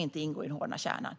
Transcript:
inte ingår i den hårda kärnan.